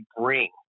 bring